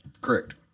Correct